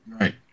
Right